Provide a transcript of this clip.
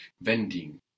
vending